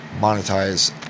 monetize